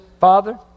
Father